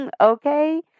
Okay